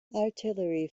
artillery